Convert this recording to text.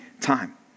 time